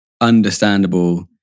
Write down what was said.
understandable